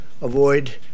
avoid